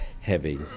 heavy